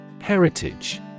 Heritage